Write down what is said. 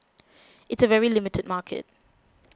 it's a very limited market